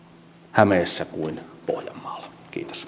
hämeessä kuin pohjanmaalla kiitos